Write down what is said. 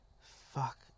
fuck